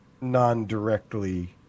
non-directly